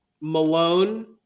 Malone